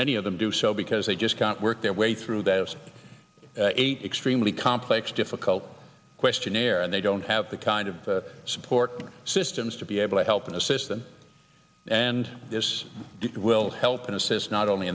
many of them do so because they just can't work their way through they have a extremely complex difficult questionnaire and they don't have the kind of support systems to be able to help and assist them and this will help and assist not only